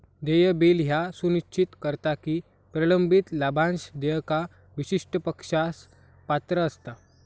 देय बिल ह्या सुनिश्चित करता की प्रलंबित लाभांश देयका विशिष्ट पक्षास पात्र असता